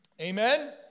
Amen